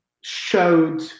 showed